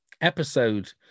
episode